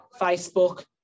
Facebook